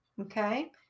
Okay